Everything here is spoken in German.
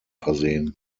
versehen